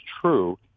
true